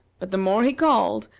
but the more he called,